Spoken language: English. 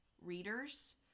readers